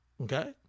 Okay